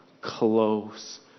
close